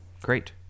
Great